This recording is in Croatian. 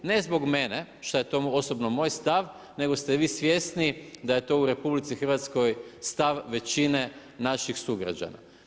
Ne zbog mene, što je to osobno moj stav, nego ste vi svjesni da je to u RH, stav većine naših sugrađana.